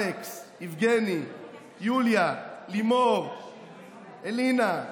אלכס, יבגני, יוליה, לימור, אלינה: